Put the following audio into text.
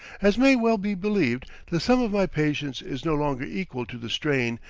as may well be believed, the sum of my patience is no longer equal to the strain,